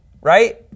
right